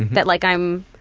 but like i'm